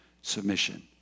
submission